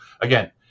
again